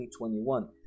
2021